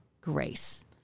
grace